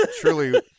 Truly